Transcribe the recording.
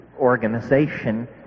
organization